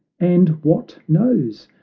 and what knows?